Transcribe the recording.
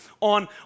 on